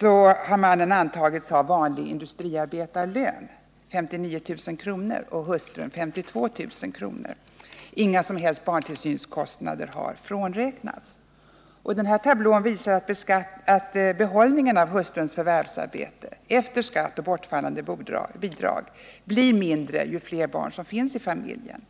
nu har mannen antagits ha vanlig industriarbetarlön, 59 000 kr., och hustrun 52000 kr. Ingen som helst barntillsynskostnad har frånräknats. Den här tablån visar att behållningen av hustruns förvärvsarbete efter skatt och bortfallande bostadsbidrag blir mindre ju fler barn som finns i familjen.